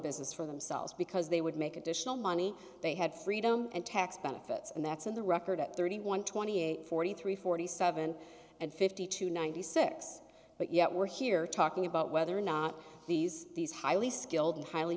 business for themselves because they would make additional money they had freedom and tax benefits and that's in the record at thirty one twenty eight forty three forty seven and fifty two ninety six but yet we're here talking about whether or not these these highly skilled and highly